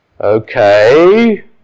okay